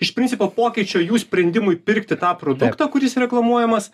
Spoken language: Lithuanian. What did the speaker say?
iš principo pokyčio jų sprendimui pirkti tą produktą kuris reklamuojamas